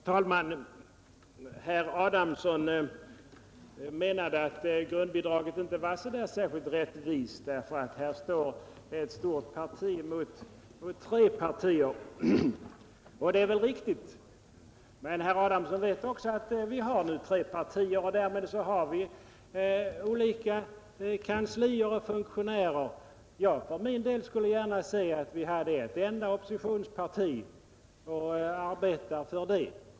Herr talman! Herr Adamsson menade att ett grundbidrag inte var så där särskilt rättvist, eftersom här står ett stort parti emot tre andra. Det är väl riktigt. Men herr Adamsson vet också att vi har nu en gång tre partier och därmed olika kanslier och funktionärer. Jag för min del skulle gärna se att vi hade ett enda oppositionsparti och arbetar för det.